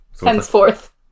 henceforth